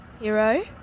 Hero